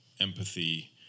empathy